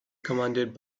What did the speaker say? commanded